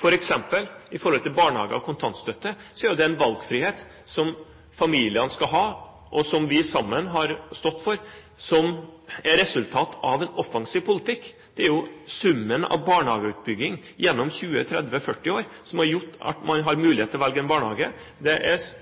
f.eks. at når det gjelder barnehager og kontantstøtte, er det en valgfrihet som familiene skal ha, og som vi sammen har stått for, og som er resultat av en offensiv politikk. Det er summen av barnehageutbygging gjennom 20–40 år, som har gjort at man har mulighet til å velge en barnehage,